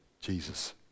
Jesus